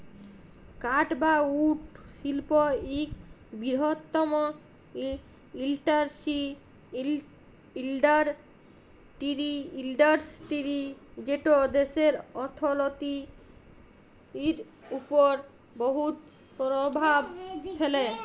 কাঠ বা উড শিল্প ইক বিরহত্তম ইল্ডাসটিরি যেট দ্যাশের অথ্থলিতির উপর বহুত পরভাব ফেলে